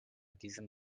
diesem